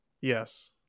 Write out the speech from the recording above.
Yes